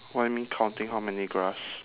what you mean counting how many grass